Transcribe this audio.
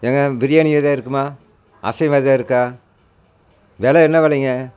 ஏங்க பிரியாணி எதாது இருக்குமா அசைவம் எதாது இருக்கா வில என்ன விலைங்க